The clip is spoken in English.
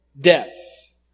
death